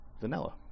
vanilla